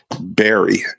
Barry